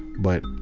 but,